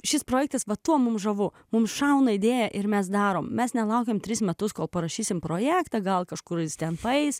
šis projektas va tuo mums žuvu mums šauna idėja ir mes darome mes nelaukiame tris metus kol parašysime projektą gal kažkuris tempais